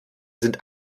sind